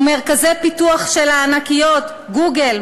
ומרכזי פיתוח של הענקיות "גוגל",